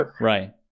Right